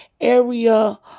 area